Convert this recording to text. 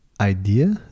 idea